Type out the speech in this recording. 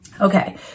Okay